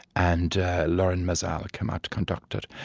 and lorin maazel came out to conduct it.